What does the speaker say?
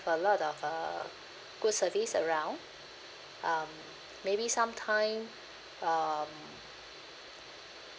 a lot of uh good service around um maybe some time um